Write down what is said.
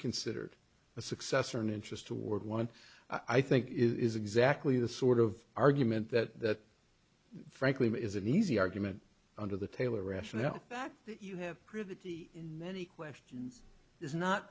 considered a successor in interest toward one i think is exactly the sort of argument that frankly is an easy argument under the taylor rationale that you have prove that the in many questions is not